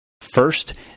first